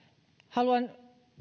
haluan